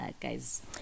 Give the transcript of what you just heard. guys